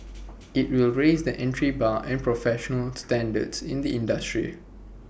IT will raise the entry bar and professional standards in the industry